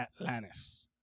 Atlantis